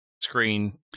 screen